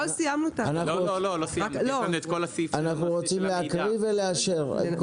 אנחנו רוצים להקריא ולאשר.